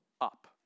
up